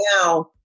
now